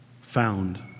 found